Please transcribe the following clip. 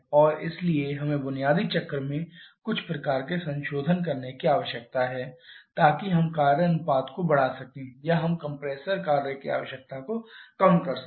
और इसलिए हमें बुनियादी चक्र में कुछ प्रकार के संशोधन करने की आवश्यकता है ताकि हम कार्य अनुपात को बढ़ा सकें या हम कंप्रेसर कार्य की आवश्यकता को कम कर सकें